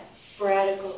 sporadic